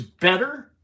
better